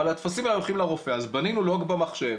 הטפסים האלה הולכים לרופא, אז בנינו במחשב